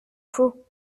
faut